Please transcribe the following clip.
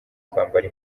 kwambara